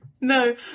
No